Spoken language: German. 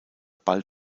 bald